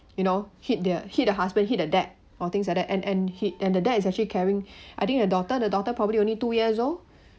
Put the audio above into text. you know hit the hit the husband hit the dad or things like that and and hit and the dad it's actually carrying I think the daughter the daughter probably only two years old